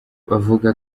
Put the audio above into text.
bavuga